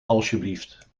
alsjeblieft